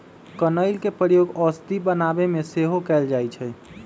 कनइल के प्रयोग औषधि बनाबे में सेहो कएल जाइ छइ